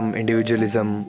individualism